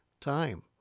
time